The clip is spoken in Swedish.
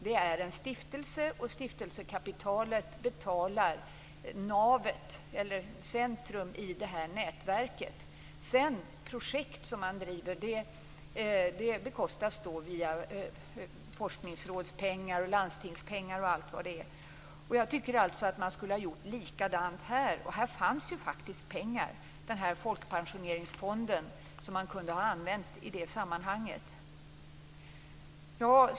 Det är en stiftelse, och stiftelsekapitalet betalar navet eller centrumet i detta nätverk. Projekt som man driver bekostas via t.ex. forskningsrådspengar och landstingspengar. Jag tycker att man skulle ha gjort likadant här. Här fanns faktiskt pengar. Man kunde ha använt folkpensioneringsfonden i det sammanhanget.